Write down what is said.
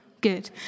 Good